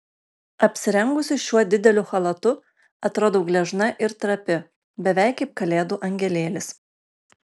apsirengusi šiuo dideliu chalatu atrodau gležna ir trapi beveik kaip kalėdų angelėlis